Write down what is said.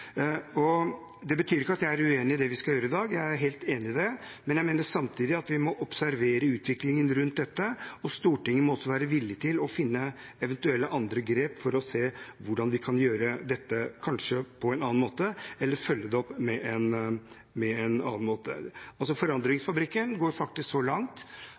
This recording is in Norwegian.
det vi skal gjøre i dag – jeg er helt enig i det – men jeg mener samtidig at vi må observere utviklingen rundt dette, og Stortinget må også være villig til å finne eventuelle andre grep for å se hvordan vi kanskje kan gjøre dette på en annen måte, eller følge det opp på en annen måte. Forandringsfabrikken går faktisk så langt